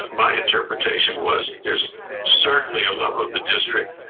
but my interpretation was, there's certainly a love of the district,